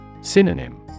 Synonym